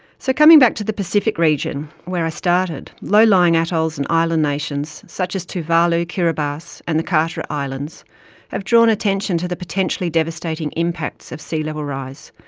so coming back to the pacific region, where i started, low-lying atolls and island nations such as tuvalu, kiribati, and the carteret islands have drawn attention to the potentially devastating impacts of sea-level rise.